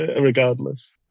regardless